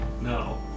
No